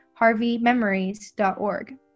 harveymemories.org